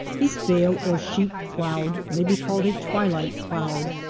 this veil or sheet-cloud might be called a twilight cloud,